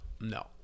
no